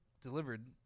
delivered